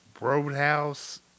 Roadhouse